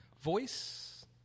voice